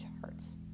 charts